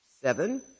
Seven